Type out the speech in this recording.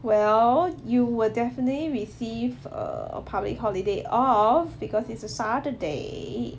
well you will definitely receive a public holiday of because it's a saturday